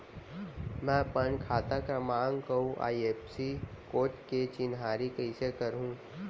मैं अपन खाता क्रमाँक अऊ आई.एफ.एस.सी कोड के चिन्हारी कइसे करहूँ?